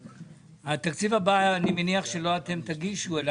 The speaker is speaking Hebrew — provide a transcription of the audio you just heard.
את התקציב הבא, אני מניח שלא אתם תגישו.